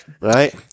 right